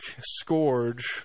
scourge